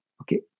okay